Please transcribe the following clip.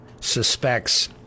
suspects